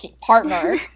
partner